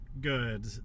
good